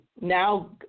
Now